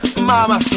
mama